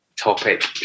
topic